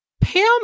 Pam